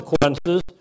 consequences